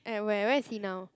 at where where is he now